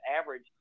average